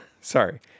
sorry